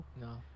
No